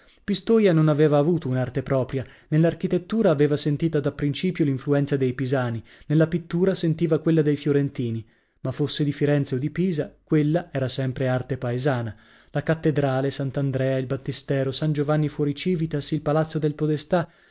pistoia non aveva avuto un'arte propria nell'architettura aveva sentita da principio l'influenza dei pisani nella pittura sentiva quella dei fiorentini ma fosse di firenze o di pisa quella era sempre arte paesana la cattedrale sant'andrea il battistero san giovanni fuoricivitas il palazzo del podestà